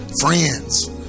friends